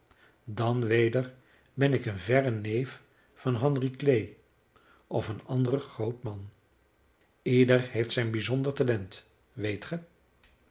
dan weder ben ik een verre neef van henry clay of een ander groot man ieder heeft zijn bijzonder talent weet